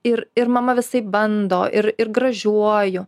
ir ir mama visaip bando ir ir gražiuoju